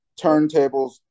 Turntables